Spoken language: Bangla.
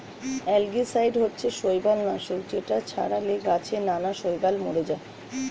অ্যালগিসাইড হচ্ছে শৈবাল নাশক যেটা ছড়ালে গাছে নানা শৈবাল মরে যায়